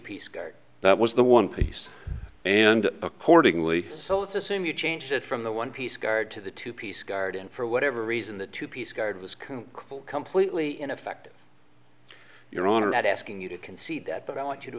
piece that was the one piece and accordingly so let's assume you changed it from the one piece guard to the two piece guard and for whatever reason the two piece guard was completely ineffective your honor not asking you to concede that but i want you to